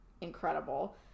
incredible